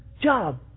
job